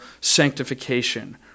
sanctification